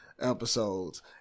episodes